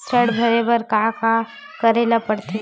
ऋण भरे बर का का करे ला परथे?